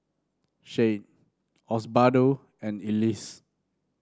Shad Osbaldo and Elyse